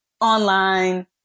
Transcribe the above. online